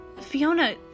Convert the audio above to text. Fiona